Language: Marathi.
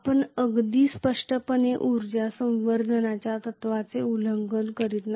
आपण अगदी स्पष्टपणे उर्जा संवर्धनाच्या तत्त्वाचे उल्लंघन करीत नाही